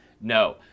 No